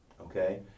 okay